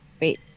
Wait